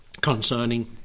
concerning